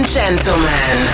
gentlemen